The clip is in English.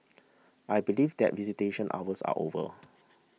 I believe that visitation hours are over